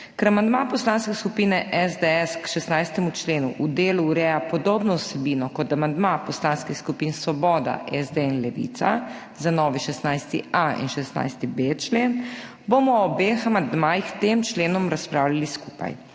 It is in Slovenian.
Ker amandma Poslanske skupine SDS k 16. členu v delu ureja podobno vsebino kot amandma poslanskih skupin Svoboda, SD in Levica za novi 16.a in 16.b člen, bomo o obeh amandmajih k tem členom razpravljali skupaj.